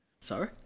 sorry